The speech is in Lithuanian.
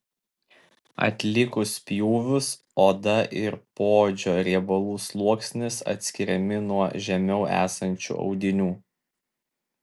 atlikus pjūvius oda ir poodžio riebalų sluoksnis atskiriami nuo žemiau esančių audinių